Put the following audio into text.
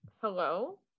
Hello